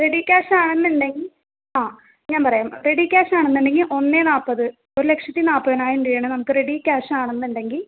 ready cash ആണെന്നുണ്ടെങ്കിൽ ആ ഞാൻ പറയാം റെഡി ക്യാഷാണെന്നുണ്ടെങ്കിൽ ഒന്ന് നാൽപ്പത് ഒരു ലക്ഷത്തി നാൽപ്പതിനായിരം രൂപയാണ് നമുക്ക് റെഡി ക്യാഷാണെന്നുണ്ടെങ്കിൽ